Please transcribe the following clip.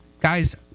Guys